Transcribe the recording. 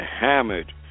hammered